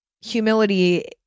humility